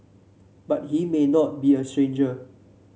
but he may not be a stranger